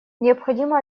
необходимо